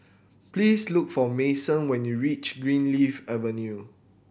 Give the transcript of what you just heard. please look for Mason when you reach Greenleaf Avenue